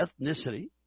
ethnicity